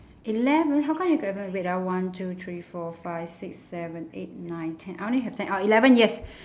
eleven how come you got eleven wait ah one two three four five six seven eight nine ten I only have ten oh eleven yes